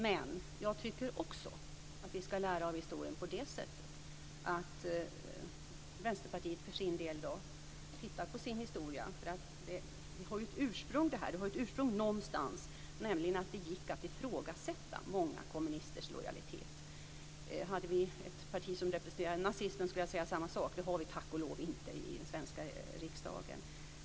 Men jag tycker också att vi ska lära av historien på det sättet att Vänsterpartiet för sin del tittar på sin historia. Detta har ju ett ursprung någonstans, nämligen i det att det gick att ifrågasätta många kommunisters lojalitet. Hade vi ett parti som representerade nazismen skulle jag säga samma sak, men det har vi ju tack och lov inte i den svenska riksdagen.